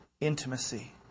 intimacy